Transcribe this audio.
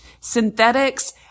synthetics